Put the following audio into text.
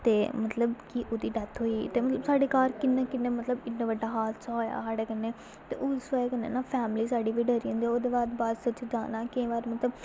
ते मतलब की ओह्दी डेथ होई ते मतलब साढ़े घर किन्ने किन्ने मतलब एड्डा बड्डा हादसा होया साढ़े कन्नै ते उस बजह् कन्नै ना फैमली साढ़ी बी डरी जन्दी ओह्दे बाद बस्स च जाना केईं बार मतलब